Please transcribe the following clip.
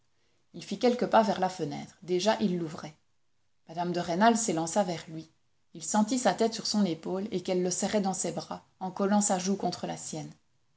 il fit quelques pas vers la fenêtre déjà il l'ouvrait mme de rênal s'élança vers lui il sentit sa tête sur son épaule et qu'elle le serrait dans ses bras en collant sa joue contre la sienne